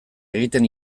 egiten